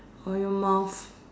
or your mouth